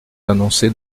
annoncés